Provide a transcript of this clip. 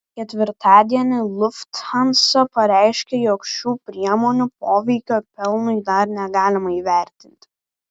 ketvirtadienį lufthansa pareiškė jog šių priemonių poveikio pelnui dar negalima įvertinti